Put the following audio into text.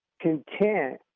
content